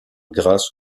grâce